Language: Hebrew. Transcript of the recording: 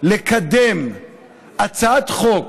לקדם הצעת חוק